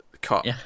cut